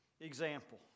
example